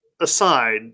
aside